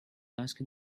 asked